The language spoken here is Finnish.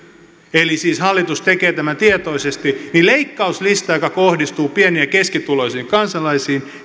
eli siis hallitus tekee tämän tietoisesti niin leikkauslista joka kohdistuu pieni ja keskituloisiin kansalaisiin